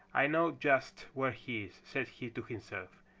i know just where he is, said he to himself.